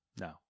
no